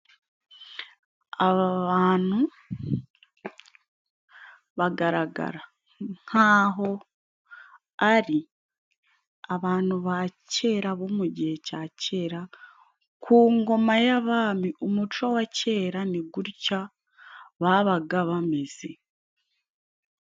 Aba bantu bagaragara nk'aho ari abantu ba kera bo mu gihe cya kera ku ngoma y'abami. Umuco wa kera ni gutya babaga bameze.